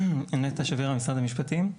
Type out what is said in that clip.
נטע שפירא ממשרד המשפטים.